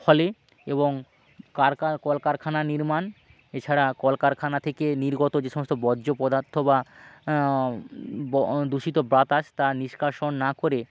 ফলে এবং কারকা কলকারখানা নির্মাণ এছাড়া কলকারখানা থেকে নির্গত যেসমস্ত বর্জ্য পদার্থ বা ব দূষিত বাতাস তা নিষ্কাশন না করে